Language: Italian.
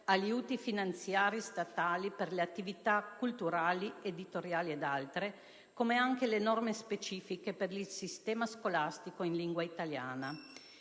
aiuti finanziari statali per le attività culturali ed editoriali, come anche alle norme specifiche per il sistema scolastico in lingua italiana.